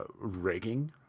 rigging